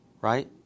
right